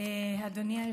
אדוני היושב-ראש,